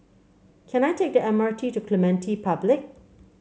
can I take the M R T to Clementi Public